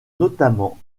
notamment